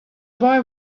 boy